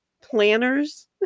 planners